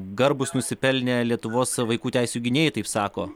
garbūs nusipelnę lietuvos vaikų teisių gynėjai taip sako